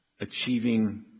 achieving